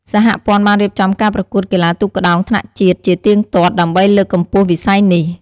សហព័ន្ធបានរៀបចំការប្រកួតកីឡាទូកក្ដោងថ្នាក់ជាតិជាទៀងទាត់ ដើម្បីលើកកម្ពស់វិស័យនេះ។